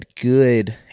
good